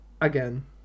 Again